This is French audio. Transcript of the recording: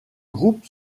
groupe